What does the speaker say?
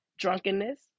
drunkenness